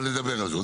אבל נדבר לזה,